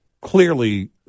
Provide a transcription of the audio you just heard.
clearly